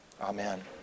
Amen